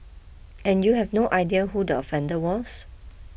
and you have no idea who the offender was